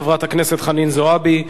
חברת הכנסת חנין זועבי,